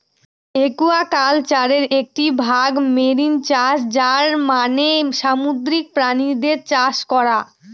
একুয়াকালচারের একটি ভাগ মেরিন চাষ যার মানে সামুদ্রিক প্রাণীদের চাষ করা